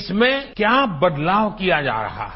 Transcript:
इसमें क्यो बदलाव किया जा रहा है